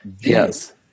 Yes